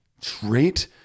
trait